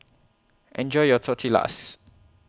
Enjoy your Tortillas